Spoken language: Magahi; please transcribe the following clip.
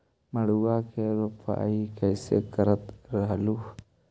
मड़उआ की रोपाई कैसे करत रहलू?